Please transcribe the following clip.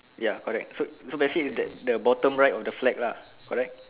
ya correct so so basic is that the bottom right of the flag lah correct